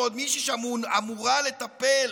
ועוד מישהי שאמורה לטפל